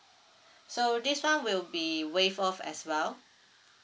so this one will be waived off as well